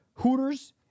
Hooters